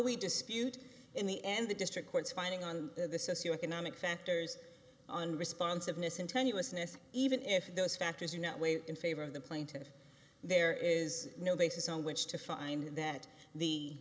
we dispute in the end the district court's finding on the socioeconomic factors on responsiveness in tenuousness even if those factors are not weighed in favor of the plaintiff there is no basis on which to find that the